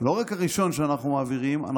הוא לא רק הראשון שאנחנו מעבירים אלא